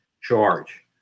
charge